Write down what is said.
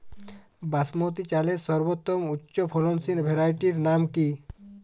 বাসমতী চালের সর্বোত্তম উচ্চ ফলনশীল ভ্যারাইটির নাম কি?